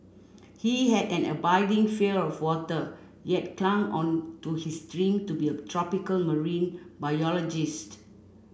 he had an abiding fear of water yet clung on to his dream to be a tropical marine biologist